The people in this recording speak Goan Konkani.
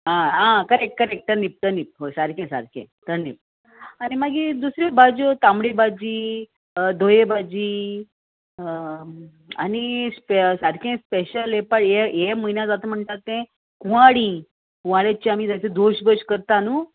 आं आं करेक तर नीपणीप हय सारकें सारकें तर नीप आनी मागीर दुसऱ्यो भाज्यो तांबडी भाजी धोये भाजी आनी सारकें स्पेशल हे पाड हे म्हयन्या जाता म्हणटा तें कुवाळी कुवाळ्याची आमी जायते धोश बोश करता न्हू